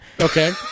Okay